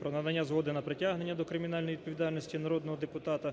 про надання згоди на притягнення до кримінальної відповідальності народного депутата,